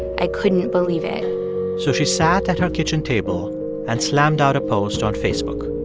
i couldn't believe it so she sat at her kitchen table and slammed out a post on facebook.